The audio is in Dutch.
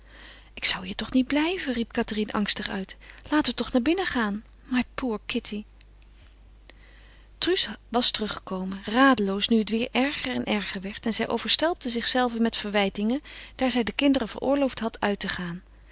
ik zou hier toch niet blijven riep cathérine angstig uit laten we toch naar binnen gaan my poor kitty truus was teruggekomen radeloos nu het weêr erger en erger werd en zij overstelpte zichzelve met verwijtingen daar zij de kinderen veroorloofd had uit te gaan